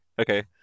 okay